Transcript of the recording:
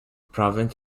province